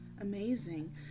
amazing